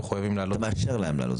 מחויבים להעלות --- אתה מאפשר להם להעלות,